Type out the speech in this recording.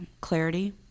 clarity